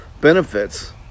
benefits